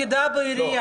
פקידה בעירייה.